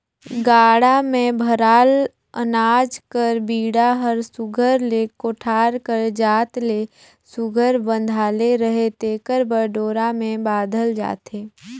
गाड़ा मे भराल अनाज कर बीड़ा हर सुग्घर ले कोठार कर जात ले सुघर बंधाले रहें तेकर बर डोरा मे बाधल जाथे